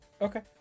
Okay